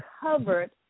covered